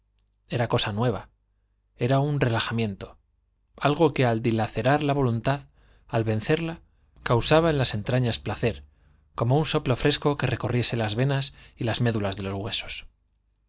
era cosa nueva era un relajamiento algo que al dilacerar la voluntad al vencerla causaba en las entrañas placer como un soplo fresco que recorriese las venas y la médula de los